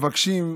בבקשה.